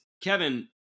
Kevin